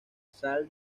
salle